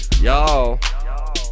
y'all